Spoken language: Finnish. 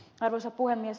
arvoisa puhemies